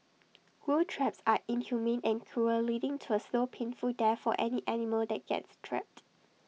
glue traps are inhumane and cruel leading to A slow painful death for any animal that gets trapped